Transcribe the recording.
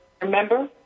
Remember